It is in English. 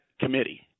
committee